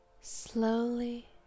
slowly